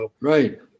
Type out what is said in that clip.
Right